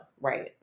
Right